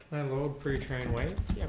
load pretrained weight?